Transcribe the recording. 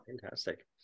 fantastic